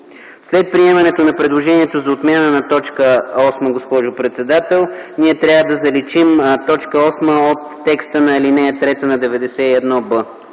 След приемането на предложението за отмяна на т. 8, госпожо председател, ние трябва да заличим т. 8 от текста на ал. 3 на чл.